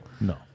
No